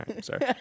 Sorry